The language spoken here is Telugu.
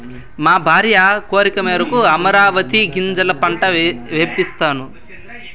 మా భార్య కోరికమేరకు అమరాంతీ గింజల పంట వేస్తినప్పా